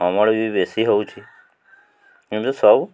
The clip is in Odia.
ଅମଳ ବି ବେଶୀ ହେଉଛି କିନ୍ତୁ ସବୁ